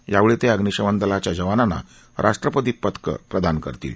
यावेळी ते अग्निशमन दलाच्या जवानांना राष्ट्रपती पदकं प्रदान करतील